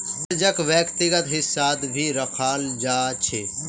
कर्जाक व्यक्तिगत हिस्सात भी रखाल जा छे